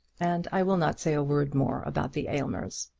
and i will not say a word more about the aylmers.